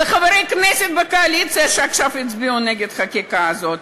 וחברי הכנסת בקואליציה שעכשיו יצביעו נגד החקיקה הזאת,